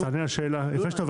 לפני שאתה עובר